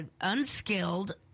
unskilled